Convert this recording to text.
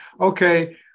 okay